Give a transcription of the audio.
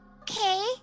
Okay